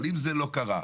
אבל אם זה לא קרה,